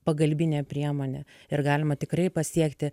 pagalbine priemone ir galima tikrai pasiekti